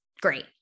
great